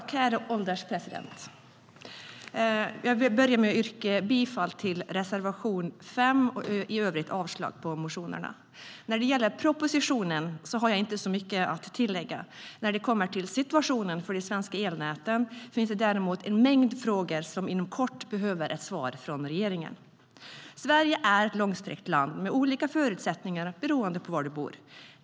Herr ålderspresident! Jag vill börja med att yrka bifall till reservation 5 och i övrigt avslag på motionerna. Sverige är ett långsträckt land med olika förutsättningar beroende på var man bor.